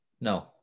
No